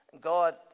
God